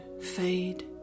fade